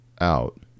out